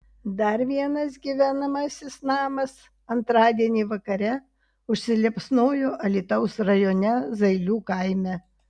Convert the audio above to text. dar vienas gyvenamasis namas antradienį vakare užsiliepsnojo alytaus rajone zailių kaime